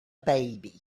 baby